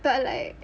but like